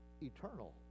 eternal